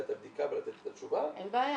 את הבדיקה ולתת את התשובה אבל -- אין בעיה.